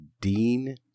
Dean